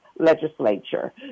Legislature